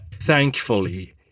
Thankfully